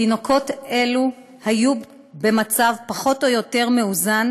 "תינוקות אלו היו במצב פחות או יותר מאוזן